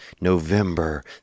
November